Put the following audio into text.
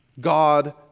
God